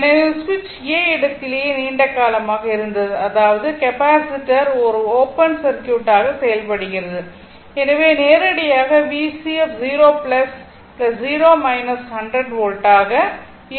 ஏனெனில் சுவிட்ச் A இடத்திலேயே நீண்ட காலமாக இருந்தது அதாவது கெப்பாசிட்டர் ஒரு ஓப்பன் சர்க்யூட்டாக செயல்படுகிறது எனவே நேரடியாக VC 0 0 100 வோல்ட் ஆக இருக்கும்